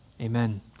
Amen